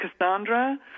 Cassandra